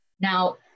Now